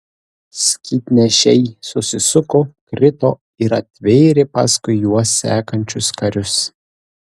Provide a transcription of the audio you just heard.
skydnešiai susisuko krito ir atvėrė paskui juos sekančius karius